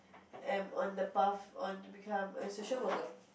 am on the path on to become a social worker